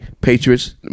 Patriots